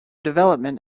development